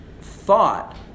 thought